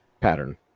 Pattern